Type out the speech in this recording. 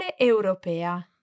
Europea